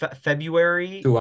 February